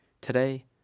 Today